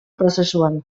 prozesuan